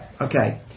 okay